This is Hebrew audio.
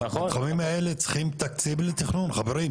המתחמים האלה צריכים תקציב לתכנון, חברים.